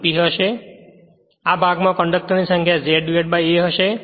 અને તેથી એક ભાગમાં કંડક્ટર ની સંખ્યા Z A હશે